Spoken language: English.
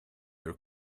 your